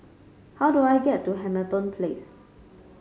how do I get to Hamilton Place